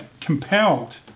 compelled